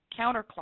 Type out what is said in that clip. counterclockwise